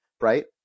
right